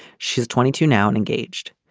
she's twenty two now and engaged.